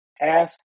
Ask